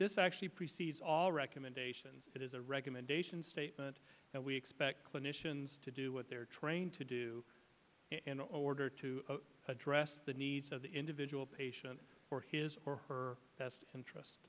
this actually precedes all recommendations it is a recommendation statement that we expect clinicians to do what they are trained to do in order to address the needs of the individual patient or his or her best interest